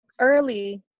early